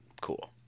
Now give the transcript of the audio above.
Cool